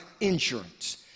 insurance